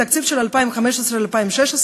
בתקציב של 2015 2016,